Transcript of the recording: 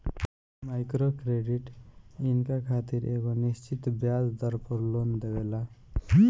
micro credit इनका खातिर एगो निश्चित ब्याज दर पर लोन देवेला